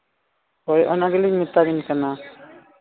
ᱦᱳᱭ ᱚᱱᱟ ᱜᱮᱞᱤᱧ ᱢᱮᱛᱟᱵᱤᱱ ᱠᱟᱱᱟ